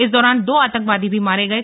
इस दौरान दो आतंकवादी भी मारे गये